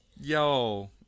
Yo